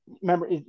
Remember